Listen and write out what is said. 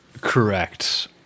Correct